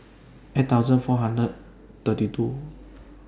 eight thousand four hundred thirty two